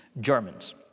Germans